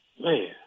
man